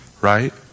Right